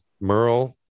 Merle